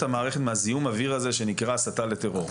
המערכת מזיהום האוויר הזה שנקרא הסתה לטרור.